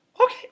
Okay